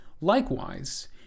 Likewise